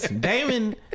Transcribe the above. Damon